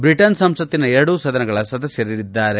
Britain ಸಂಸತ್ತಿನ ಎರಡೂ ಸದನಗಳ ಸದಸ್ವರಿದ್ದಾರೆ